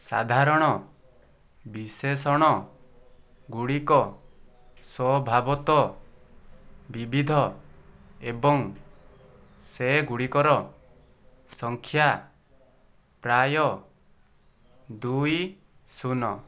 ସାଧାରଣ ବିଶେଷଣଗୁଡ଼ିକ ସ୍ଵଭାବତଃ ବିବିଧ ଏବଂ ସେଗୁଡ଼ିକର ସଂଖ୍ୟା ପ୍ରାୟ ଦୁଇ ଶୂନ